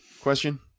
question